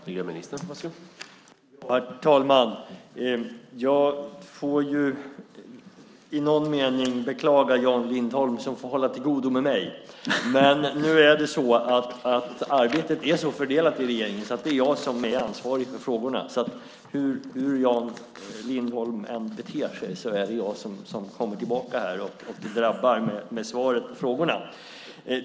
Herr talman! Jag får i någon mening beklaga Jan Lindholm som får hålla till godo med mig. Men arbetet är så fördelat i regeringen att det är jag som är ansvarig för frågorna. Så hur Jan Lindholm än beter sig är det jag som kommer tillbaka hit och drabbar honom med svaren på frågorna.